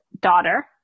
daughter